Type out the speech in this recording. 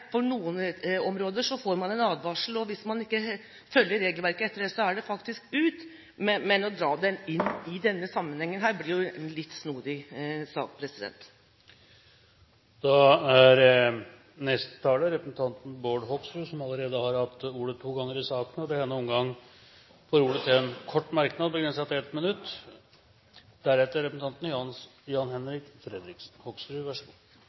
på noen områder får man en advarsel, og hvis man ikke følger regelverket etter det, er det faktisk ut. Men å dra det inn i denne sammenhengen blir jo litt snodig. Bård Hoksrud har hatt ordet to ganger tidligere og får ordet til en kort merknad, begrenset til 1 minutt. Det blir ikke så lett å bruke bare 1 minutt på å svare på det foregående. Jeg registrerer at representanten